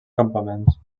campaments